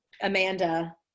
Amanda